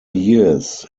years